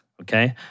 okay